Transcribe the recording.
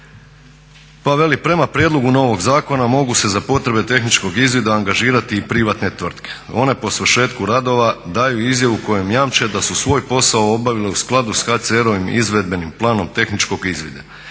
pa veli prema prijedlogu novog zakona mogu se za potrebe tehničkog izvida angažirati i privatne tvrtke. One po svršetku radova daju izjavu kojom jamče da su svoj posao obavile u skladu sa HCR-ovim izvedbenim planom tehničkog izvida.